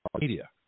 media